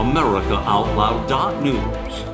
AmericaOutloud.news